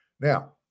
Now